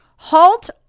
Halt